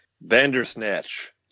Bandersnatch